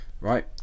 Right